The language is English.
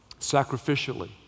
sacrificially